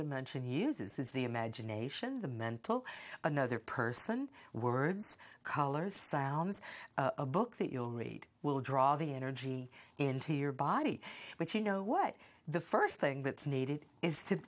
dimension uses is the imagination the mental another person words colors sounds a book that you'll read will draw the energy into your body but you know what the first thing that's needed is to